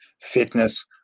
fitness